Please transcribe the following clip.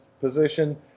position